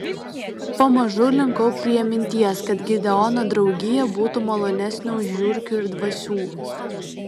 pamažu linkau prie minties kad gideono draugija būtų malonesnė už žiurkių ir dvasių